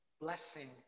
blessing